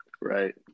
right